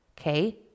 okay